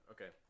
Okay